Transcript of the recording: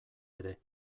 ere